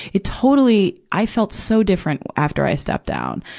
it totally, i felt so different after i stepped down.